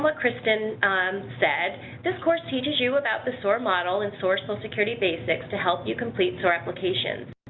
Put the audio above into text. like kristin said, this course teaches you about the soar model and soar social security basics to help you complete soar applications.